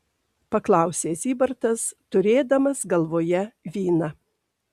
paklausė zybartas turėdamas galvoje vyną